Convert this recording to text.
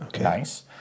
Nice